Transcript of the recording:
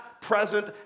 present